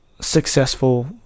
successful